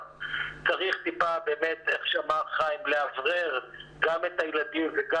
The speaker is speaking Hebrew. צריך טיפה באמת איך שאמר חיים לאוורר גם את הילדים וגם